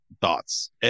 thoughts